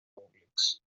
públics